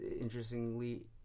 interestingly